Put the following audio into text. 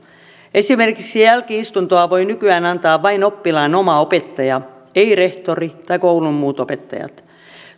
esimerkiksi jälki istuntoa voi nykyään antaa vain oppilaan oma opettaja ei rehtori tai koulun muut opettajat